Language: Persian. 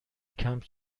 کمپ